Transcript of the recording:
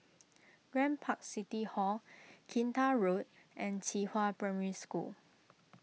Grand Park City Hall Kinta Road and Qihua Primary School